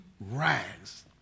rags